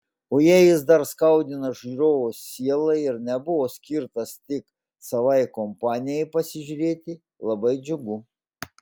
o jei jis dar skaudina žiūrovo sielą ir nebuvo skirtas tik savai kompanijai pasižiūrėti labai džiugu